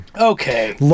Okay